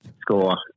score